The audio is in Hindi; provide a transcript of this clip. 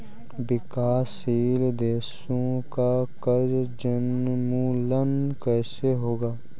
विकासशील देशों का कर्ज उन्मूलन कैसे होगा?